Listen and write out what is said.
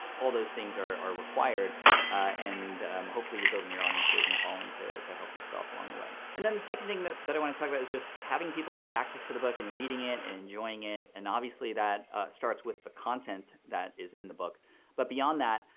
all those things are are required and hopefully you're building your audiences and following to to help yourself along the way. and the second that that i wanna talk about is just having people have access to the book and reading it and enjoying it and obviously that ah starts with the content that is in the book but beyond that,